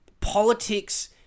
politics